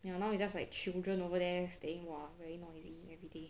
now is just like children over there staying !wah! very noisy everyday